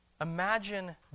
Imagine